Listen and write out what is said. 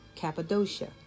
Cappadocia